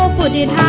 ah wounded